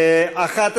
מסיר.